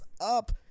up